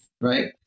right